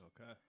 Okay